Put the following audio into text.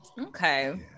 Okay